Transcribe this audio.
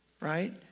right